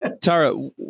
Tara